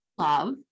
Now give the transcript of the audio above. love